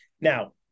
Now